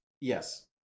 Yes